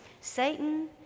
Satan